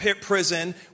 prison